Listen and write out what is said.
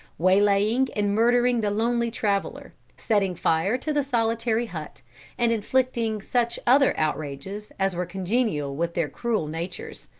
waylaying and murdering the lonely traveler, setting fire to the solitary hut and inflicting such other outrages as were congenial with their cruel natures.